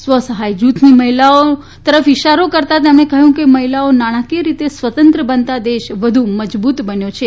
સ્વસહાય જૂથની મહિલાઓને તરફ ઇશારી કરતા તેમણે કહ્યં કે મહિલાઓ નાણાંકીય રીતે સ્વતંત્ર બનતા દેશ વધુ મજબૂત બન્યો છે